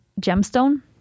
gemstone